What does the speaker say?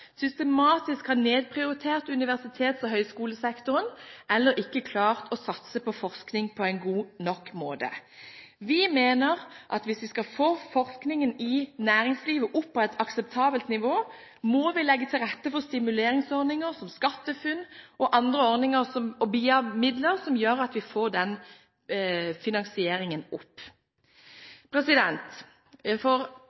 systematisk har nedprioritert universitets- og høyskolesektoren eller ikke klart å satse på forskning på en god nok måte. Vi mener at hvis vi skal få forskningen i næringslivet opp på et akseptabelt nivå, må vi legge til rette for stimuleringsordninger som SkatteFUNN, andre ordninger og BIA-midler, som gjør at vi får den finansieringen